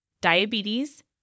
diabetes